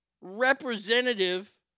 representative